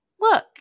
look